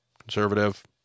conservative